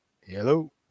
Hello